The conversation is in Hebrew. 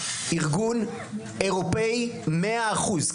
ארגון אירופאי מאה אחוז,